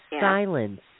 silence